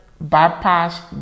bypass